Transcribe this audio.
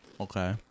Okay